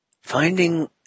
Finding